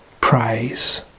praise